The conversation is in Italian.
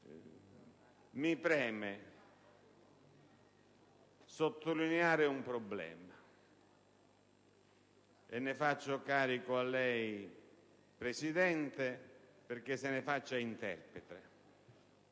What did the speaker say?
mi preme sottolineare un problema, e ne faccio carico a lei, signor Presidente, perché se ne faccia interprete.